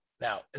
Now